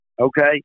okay